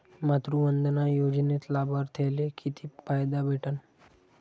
मातृवंदना योजनेत लाभार्थ्याले किती फायदा भेटन?